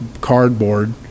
cardboard